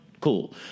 cool